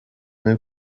new